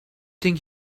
think